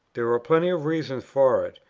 there are plenty of reasons for it,